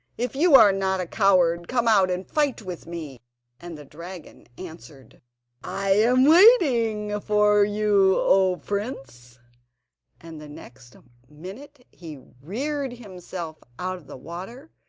if you are not a coward, come out and fight with me and the dragon answered i am waiting for you, o prince and the next minute he reared himself out of the water,